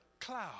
cloud